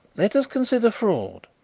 let us consider fraud.